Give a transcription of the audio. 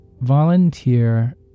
Volunteer